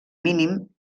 mínim